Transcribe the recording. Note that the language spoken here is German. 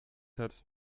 hat